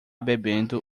bebendo